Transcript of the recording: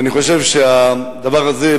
אני חושב שהדבר הזה,